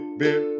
beer